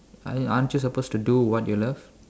ar~ aren't you supposed to do what you love